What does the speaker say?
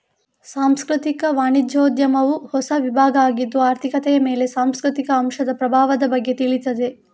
ಸಾಂಸ್ಕೃತಿಕ ವಾಣಿಜ್ಯೋದ್ಯಮವು ಹೊಸ ವಿಭಾಗ ಆಗಿದ್ದು ಆರ್ಥಿಕತೆಯ ಮೇಲೆ ಸಾಂಸ್ಕೃತಿಕ ಅಂಶದ ಪ್ರಭಾವದ ಬಗ್ಗೆ ತಿಳೀತದೆ